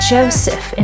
Joseph